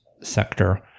sector